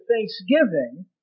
thanksgiving